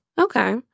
Okay